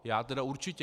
Já tedy určitě.